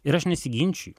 ir aš nesiginčiju